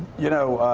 you know,